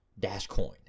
Dashcoin